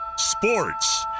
sports